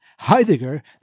Heidegger